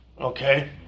Okay